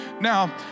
Now